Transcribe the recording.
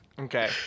okay